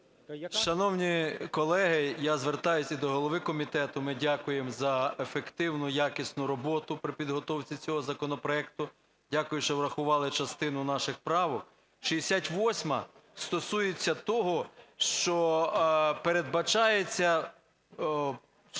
Шановні колеги, я звертаюсь до голови комітету. Ми дякуємо за ефективну, якісну роботу при підготовці цього законопроекту. Дякую, що врахували частину наших правок. 68-а стосується того, що передбачається